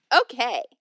Okay